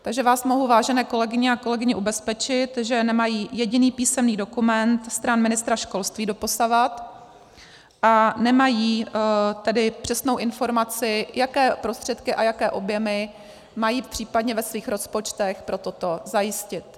Takže vás mohu, vážené kolegyně a kolegové, ubezpečit, že nemají doposud jediný písemný dokument stran ministra školství a nemají tedy přesnou informaci, jaké prostředky a jaké objemy mají případně ve svých rozpočtech pro toto zajistit.